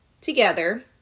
together